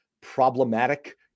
problematic